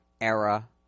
era